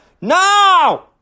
No